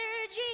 energy